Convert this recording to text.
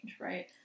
Right